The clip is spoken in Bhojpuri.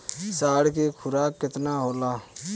साढ़ के खुराक केतना होला?